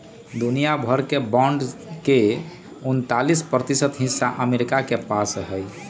दुनिया भर के बांड के उन्तालीस प्रतिशत हिस्सा अमरीका के पास हई